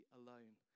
alone